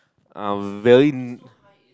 uh very